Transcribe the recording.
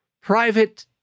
private